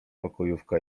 pokojówka